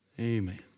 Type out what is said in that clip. Amen